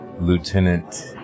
Lieutenant